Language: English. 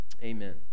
amen